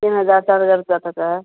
तीन हज़ार चार हज़ार रुपया तक है